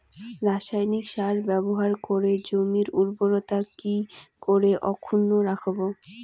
রাসায়নিক সার ব্যবহার করে জমির উর্বরতা কি করে অক্ষুণ্ন রাখবো